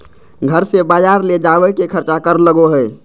घर से बजार ले जावे के खर्चा कर लगो है?